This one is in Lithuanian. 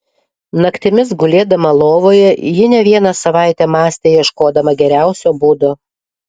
naktimis gulėdama lovoje ji ne vieną savaitę mąstė ieškodama geriausio būdo